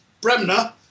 Bremner